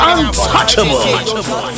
Untouchable